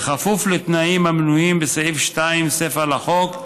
בכפוף לתנאים המנויים בסעיף 2 סיפה לחוק,